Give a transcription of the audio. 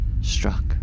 struck